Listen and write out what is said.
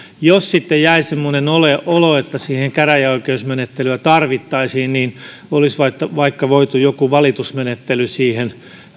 jos jäi semmoinen olo että siihen käräjäoikeusmenettelyä tarvittaisiin niin olisi vaikka vaikka voitu joku valitusmenettely siihen